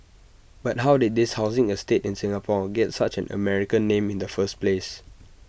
but how did this housing estate in Singapore get such an American name in the first place